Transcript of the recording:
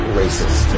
racist